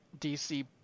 DC